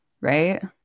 Right